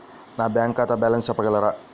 నా బ్యాంక్ ఖాతా బ్యాలెన్స్ చెప్పగలరా?